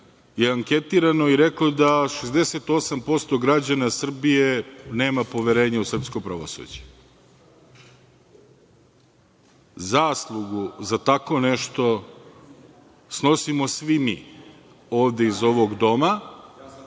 je anketirano i reklo je da 68% građana Srbije nema poverenja u srpsko pravosuđe. Zaslugu za tako nešto snosimo svi mi ovde iz ovog doma,